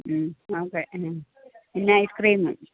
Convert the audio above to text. okay പിന്നെ ice cream